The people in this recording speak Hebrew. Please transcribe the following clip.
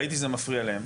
ראיתי שזה מפריע להם,